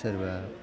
सोरबा